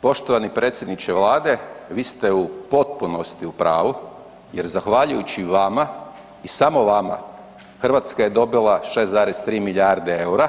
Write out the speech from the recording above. Poštovani predsjedniče Vlade, vi ste u potpunosti u pravu jer zahvaljujući vama i samo vama, Hrvatska je dobila 6,3 milijarde eura,